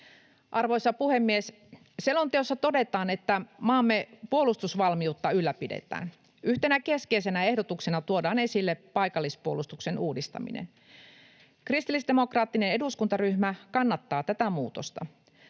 Arvoisa puhemies! Selonteossa todetaan, että maamme puolustusvalmiutta ylläpidetään. Yhtenä keskeisenä ehdotuksena tuodaan esille paikallispuolustuksen uudistaminen. Kristillisdemokraattinen eduskuntaryhmä kannattaa tätä muutosta.